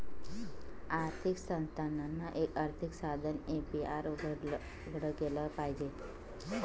आर्थिक संस्थानांना, एक आर्थिक साधन ए.पी.आर उघडं केलं पाहिजे